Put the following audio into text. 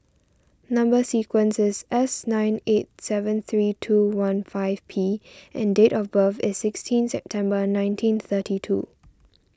Number Sequence is S nine eight seven three two one five P and date of birth is sixteen September nineteen thirty two